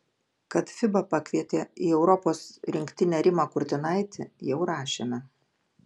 kad fiba pakvietė į europos rinktinę rimą kurtinaitį jau rašėme